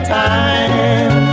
time